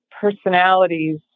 personalities